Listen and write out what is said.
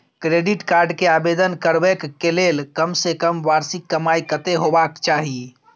Credit card के आवेदन करबैक के लेल कम से कम वार्षिक कमाई कत्ते होबाक चाही?